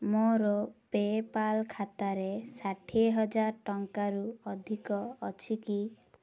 ମୋର PayPal ଖାତାରେ ଷାଠିଏ ହଜାର ଟଙ୍କାରୁ ଅଧିକ ଅଛି କି